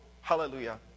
hallelujah